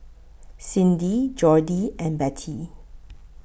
Cindy Jordy and Bette